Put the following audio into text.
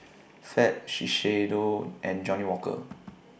Fab Shiseido and Johnnie Walker